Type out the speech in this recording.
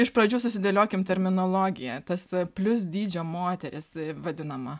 iš pradžių susidėliokim terminologiją tas plius dydžio moteris vadinama